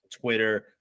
twitter